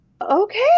okay